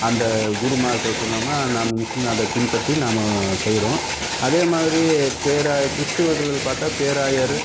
அந்த குருமார்கள் சொன்னோம்னால் நம் முஸ்லீம் அதை பின்பற்றி நம்ம செய்கிறோம் அதே மாதிரி பேரா கிறிஸ்தவர்கள் பார்த்தா பேராயர்